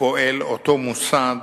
מוסד